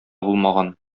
булмаган